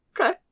Okay